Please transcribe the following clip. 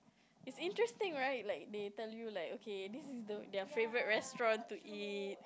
it's interesting right like they tell you like okay this is the their favourite restaurant to eat